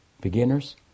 beginners